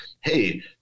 hey